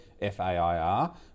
F-A-I-R